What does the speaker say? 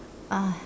uh